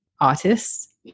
artists